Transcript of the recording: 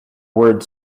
word